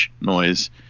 noise